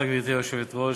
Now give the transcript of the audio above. גברתי היושבת-ראש,